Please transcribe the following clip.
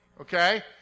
okay